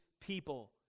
people